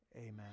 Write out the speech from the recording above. amen